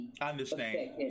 understand